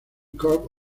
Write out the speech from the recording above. corps